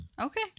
okay